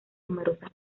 numerosas